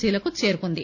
సిలకు చేరుకుంది